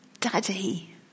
Daddy